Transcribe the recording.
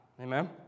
Amen